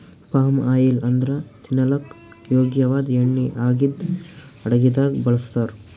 palm oil ಅಂದ್ರ ತಿನಲಕ್ಕ್ ಯೋಗ್ಯ ವಾದ್ ಎಣ್ಣಿ ಆಗಿದ್ದ್ ಅಡಗಿದಾಗ್ ಬಳಸ್ತಾರ್